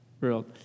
Real